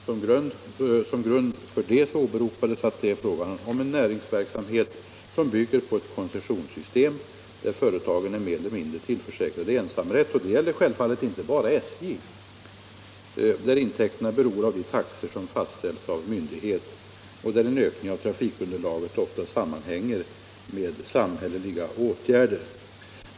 Som grund för det åberopades att det är fråga om en näringsverksamhet som bygger på ett koncessionssystem där företagen är mer eller mindre tillförsäkrade ensamrätt —- och det gäller självfallet inte bara SJ — och där intäkterna beror av de taxor som fastställs av myndigheter och där en ökning av trafikunderlaget ofta sammanhänger med samhälleliga åtgärder.